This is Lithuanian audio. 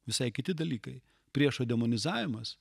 visai kiti dalykai priešo demonizavimas